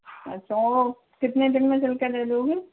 अच्छा वो कितने दिन में सिल के दे दोगे